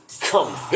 come